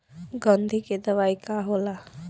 गंधी के दवाई का होला?